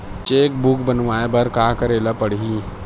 Cheque book बनवाय बर का करे ल पड़हि?